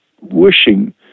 wishing